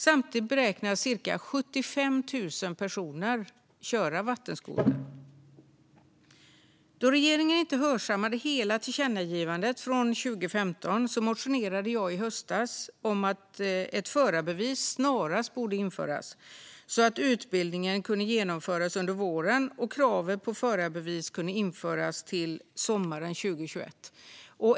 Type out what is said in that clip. Samtidigt beräknas cirka 75 000 personer köra vattenskoter. Då regeringen inte hörsammade hela tillkännagivandet från 2015 motionerade jag i höstas om att ett förarbevis snarast skulle införas så att utbildning skulle kunna genomföras under våren och kravet på förarbevis införas till sommaren 2021.